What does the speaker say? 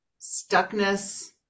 stuckness